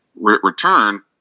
return